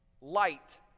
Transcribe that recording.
Light